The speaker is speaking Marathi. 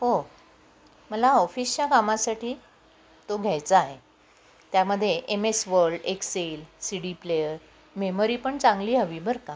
हो मला ऑफिसच्या कामासाठी तो घ्यायचा आहे त्यामध्ये M S world excel C D player memory पण चांगली हवी बरं का